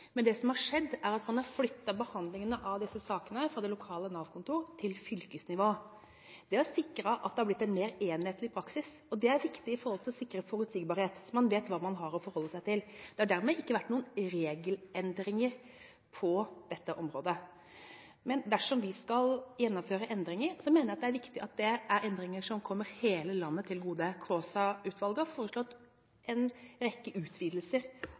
Det som har skjedd, er at man har flyttet behandlingen av disse sakene fra det lokale Nav-kontor til fylkesnivå. Det har sikret at det har blitt en mer enhetlig praksis. Det er viktig for å sikre forutsigbarhet, så man vet hva man har å forholde seg til. Det har dermed ikke vært noen regelendringer på dette området. Dersom vi skal gjennomføre endringer, mener jeg det er viktig at det er endringer som kommer hele landet til gode. Kaasa-utvalget har foreslått en rekke utvidelser